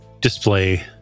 display